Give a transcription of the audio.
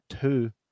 Two